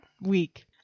week